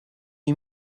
you